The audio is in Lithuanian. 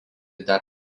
dar